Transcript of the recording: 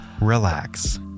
relax